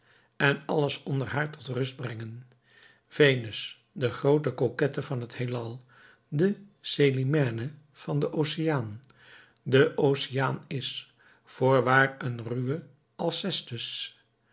en alles onder haar tot rust brengen venus de groote coquette van het heelal de celimene van den oceaan de oceaan is voorwaar een ruwe alcestus